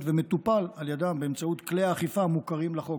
ומטופל על ידם באמצעות כלי האכיפה המוכרים בחוק.